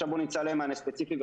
עכשיו בוא נמצא להם מענה ספציפי,